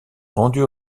rendu